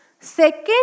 second